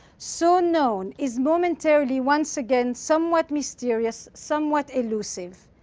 so known, is momentarily once again somewhat mysterious, somewhat elusive.